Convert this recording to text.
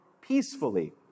peacefully